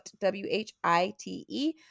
W-H-I-T-E